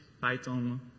Python